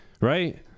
right